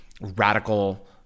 radical